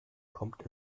kommt